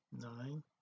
nine